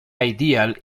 ideal